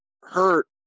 hurt